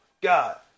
god